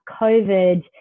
COVID